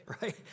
right